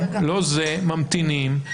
הם ממתינים,